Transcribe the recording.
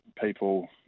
people